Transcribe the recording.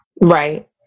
right